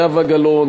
זהבה גלאון,